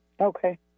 okay